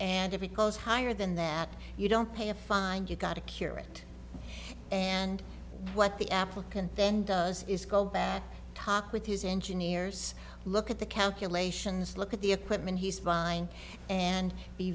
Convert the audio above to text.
and if it goes higher than that you don't pay a fine you've got to cure it and what the applicant then does is go back talk with his engineers look at the calculations look at the equipment he's fine and be